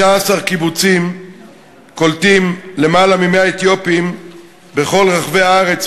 16 קיבוצים קולטים למעלה מ-100 בני העדה האתיופית בכל רחבי הארץ,